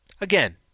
Again